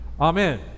Amen